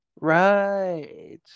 Right